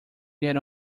get